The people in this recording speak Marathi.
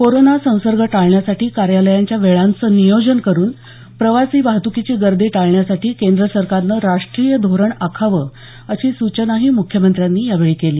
कोरोना संसर्ग टाळण्यासाठी कार्यालयांच्या वेळांचे नियोजन करून प्रवासी वाहतुकीची गर्दी टाळण्यासाठी केंद्र सरकारनं राष्ट्रीय धोरण आखावं अशी सूचनाही मुख्यमंत्र्यांनी यावेळी केली